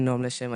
אני נועם לשם,